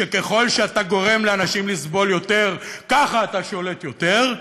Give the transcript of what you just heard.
שככל שאתה גורם לאנשים לסבול יותר ככה אתה שולט יותר,